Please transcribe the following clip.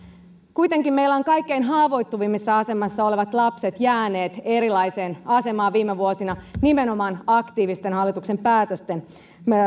kuitenkin meillä ovat kaikkein haavoittuvimmassa asemassa olevat lapset jääneet erilaiseen asemaan viime vuosina nimenomaan hallituksen aktiivisten päätösten